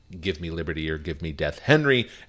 Give-Me-Liberty-Or-Give-Me-Death-Henry